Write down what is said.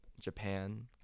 Japan